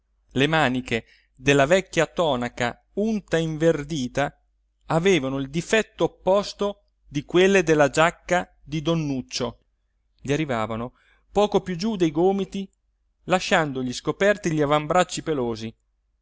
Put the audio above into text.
le maniche della vecchia tonaca unta e inverdita avevano il difetto opposto di quelle della giacca di don nuccio gli arrivavano poco più giù dei gomiti lasciandogli scoperti gli avambracci pelosi